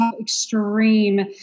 extreme